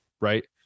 right